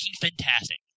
Fantastic